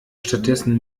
stattdessen